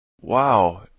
Wow